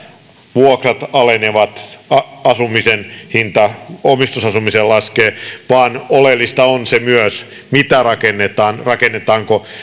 vuokrat alenevat omistusasumisen hinta laskee vaan oleellista on se myös mitä rakennetaan rakennetaanko